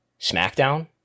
SmackDown